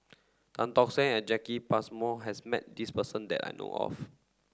Tan Tock Seng and Jacki Passmore has met this person that I know of